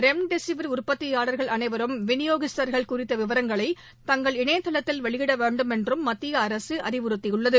remdesivir உற்பத்தியாளர்கள் அனைவரும் விநியோகஸ்தர்கள் குறித்தவிவரங்களை தங்கள் இணையதளத்தில் வெளியிடவேண்டும் என்றும் மத்தியஅரசுஅறிவுறுத்தியுள்ளது